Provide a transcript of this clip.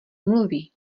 mluví